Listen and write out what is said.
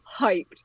hyped